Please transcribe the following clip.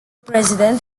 president